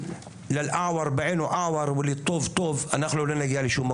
אנחנו לא נגיע לשום מקום.